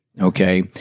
Okay